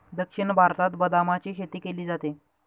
दक्षिण भारतात बदामाची शेती केली जाते